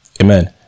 Amen